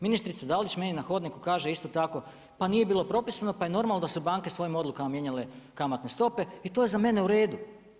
Ministrica Dalić meni na hodniku kaže isto tako, pa nije bilo propisano, pa je normalno da su banke svojim odlukama mijenjale kamatne stope i to je za mene u redu.